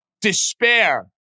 despair